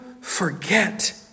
forget